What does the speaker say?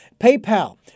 PayPal